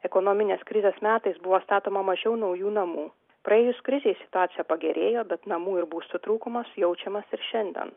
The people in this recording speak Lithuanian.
ekonominės krizės metais buvo statoma mažiau naujų namų praėjus krizei situacija pagerėjo bet namų ir būstų trūkumas jaučiamas ir šiandien